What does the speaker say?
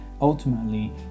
Ultimately